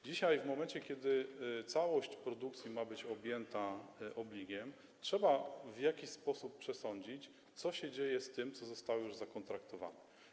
Dzisiaj, kiedy całość produkcji ma być objęta obligiem, trzeba w jakiś sposób przesądzić, co się dzieje z tym, co zostało już zakontraktowane.